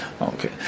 Okay